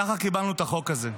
ככה קיבלנו את החוק הזה.